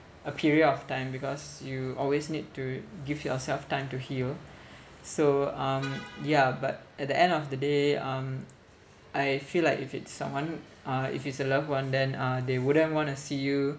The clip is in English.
a period of time because you always need to give yourself time to heal so um yeah but at the end of the day um I feel like if it's someone uh if it's a loved one then uh they wouldn't want to see you